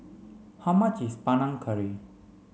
how much is Panang Curry